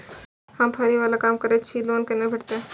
हम फैरी बाला काम करै छी लोन कैना भेटते?